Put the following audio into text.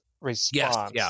response